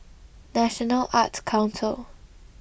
National Arts Council